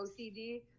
OCD